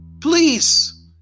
Please